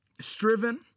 striven